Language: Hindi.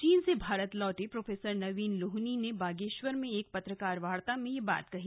चीन से भारत लौटे प्रोफेसर नवीन लोहनी ने बागेश्वर में एक पत्रकार वार्ता में यह बात कही